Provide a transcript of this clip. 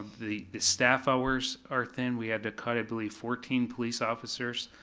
the staff hours are thin, we had to cut i believe fourteen police officers.